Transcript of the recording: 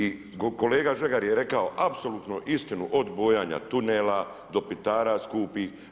I kolega Žagar je rekao apsolutno istinu od bojana tunela do pitara skupih.